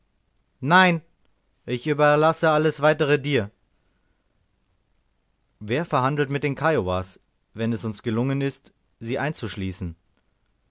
nein ich überlasse alles weitere dir wer verhandelt mit den kiowas wenn es uns gelungen ist sie einzuschließen